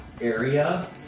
area